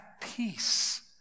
peace